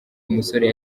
umusore